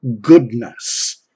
goodness